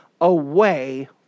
away